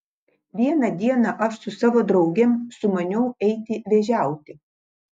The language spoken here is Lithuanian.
vieną dieną aš su savo draugėm sumaniau eiti vėžiauti